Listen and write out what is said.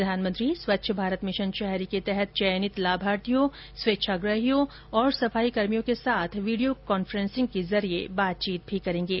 प्रधानमंत्री स्वच्छ भारत मिशन शहरी के तहत चयनित लाभार्थियों स्वेच्छाग्रहियों और सफाईकर्मियों के साथ वीडियो कांफ्रेंसिंग के जरिये बातचीत भी करेंगे